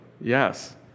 yes